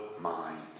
mind